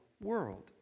world